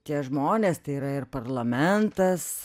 tie žmonės tai yra ir parlamentas